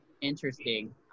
Interesting